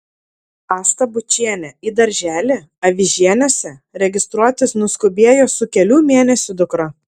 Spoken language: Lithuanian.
asta bučienė į darželį avižieniuose registruotis nuskubėjo su kelių mėnesių dukra